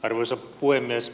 arvoisa puhemies